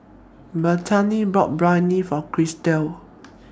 Bettina bought Biryani For Chrystal